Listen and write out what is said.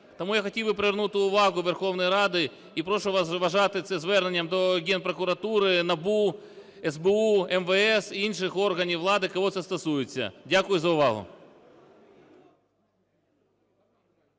Тому я хотів би привернути увагу Верховної Ради і прошу вас вважати це зверненням до Генпрокуратури, НАБУ, СБУ, МВС і інших органів влади, кого це стосується. Дякую за увагу.